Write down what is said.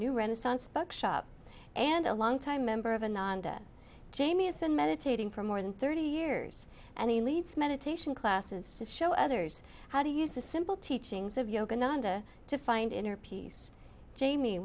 new renaissance bookshop and a long time member of a nonda jamie has been meditating for more than thirty years and he leads meditation classes show others how to use a simple teachings of yoga nanda to find inner peace jamie